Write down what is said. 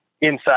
inside